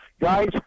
guys